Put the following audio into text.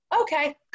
Okay